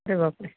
अरे बापरे